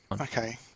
Okay